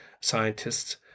scientists